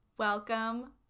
Welcome